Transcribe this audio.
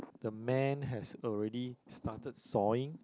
the man has already started sawing